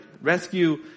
Rescue